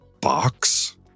box